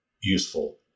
useful